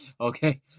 Okay